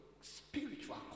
spiritual